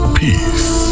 peace